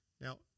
Now